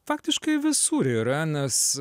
faktiškai visur yra nes